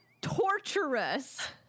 torturous